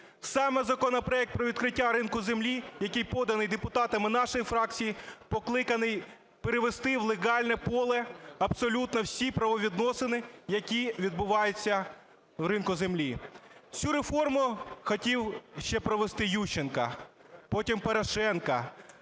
Саме законопроект про відкриття ринку землі, який поданий депутатами нашої фракції, покликаний перевести в легальне поле абсолютно всі правовідносини, які відбуваються в ринку землі. Цю реформу хотів ще провести Ющенко, потім Порошенко,